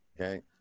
Okay